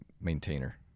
maintainer